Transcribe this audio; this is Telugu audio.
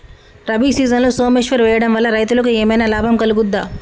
రబీ సీజన్లో సోమేశ్వర్ వేయడం వల్ల రైతులకు ఏమైనా లాభం కలుగుద్ద?